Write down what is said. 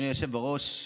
אדוני היושב-ראש,